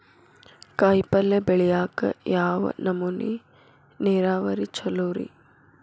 ಕಾಯಿಪಲ್ಯ ಬೆಳಿಯಾಕ ಯಾವ್ ನಮೂನಿ ನೇರಾವರಿ ಛಲೋ ರಿ?